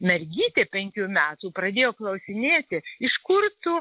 mergytė penkių metų pradėjo klausinėti iš kur tu